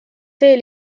see